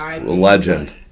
Legend